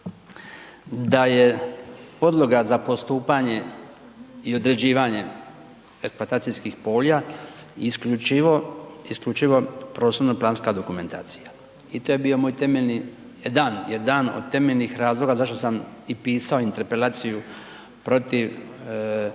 da je podloga za postupanje i određivanje eksploatacijskih polja isključivo prostorno planska dokumentacija i to je bio moj temeljni, jedan od temeljnih razloga zašto sam i pisao interpelaciju protivnu